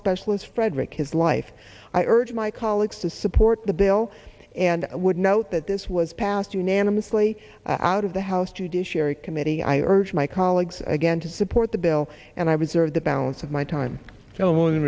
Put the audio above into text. specialist frederick his life i urge my colleagues to support the bill and i would note that this was passed unanimously out of the house judiciary committee i urge my colleagues again to support the bill and i reserve the balance of my time only